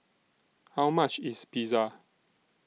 How much IS Pizza